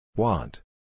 want